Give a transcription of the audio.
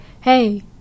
hey